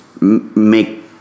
make